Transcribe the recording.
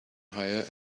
hire